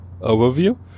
overview